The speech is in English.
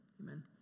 amen